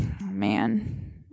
man